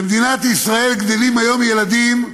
במדינת ישראל גדלים היום ילדים,